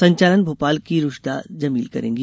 संचालन भोपाल की रूशदा जमील करेंगी